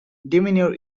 demeanor